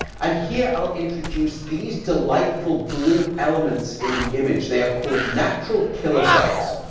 and here i'll introduce these delightful blue elements in the image. they are called natural killer cells.